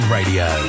Radio